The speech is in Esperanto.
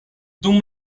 dum